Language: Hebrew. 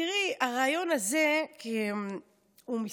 תראי, הריאיון הזה הוא מסמך